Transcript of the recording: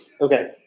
Okay